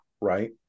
right